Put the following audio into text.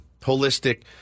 holistic